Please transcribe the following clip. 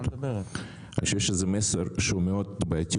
אני חושב שזה מסר מאוד בעייתי,